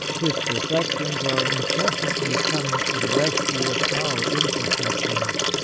his perfections are incessantly coming to the rescue of our imperfections.